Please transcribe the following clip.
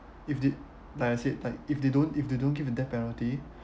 if they like I said like if they don't if they don't give a death penalty